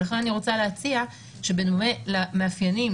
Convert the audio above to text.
לכן אני רוצה להציע שבדומה למאפיינים